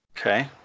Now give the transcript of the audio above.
Okay